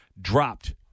dropped